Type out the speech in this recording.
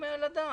מתקבל על הדעת.